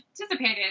anticipated